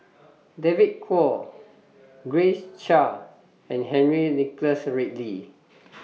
David Kwo Grace Chia and Henry Nicholas Ridley